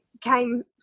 came